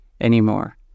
anymore